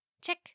Check